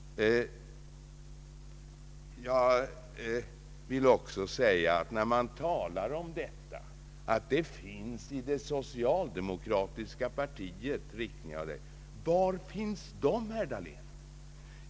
Herr Dahlén säger att det inom det socialdemokratiska partiet finns förespråkare för någon form av statligt ransoneringssystem på detta område. Var finns de, herr Dahlén?